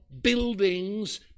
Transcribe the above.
buildings